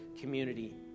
community